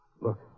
look